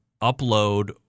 upload